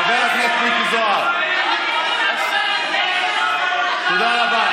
חבר הכנסת מיקי זוהר, תודה רבה.